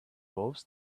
wolves